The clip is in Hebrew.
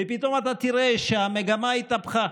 ופתאום אתה תראה שהמגמה התהפכה,